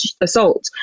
assault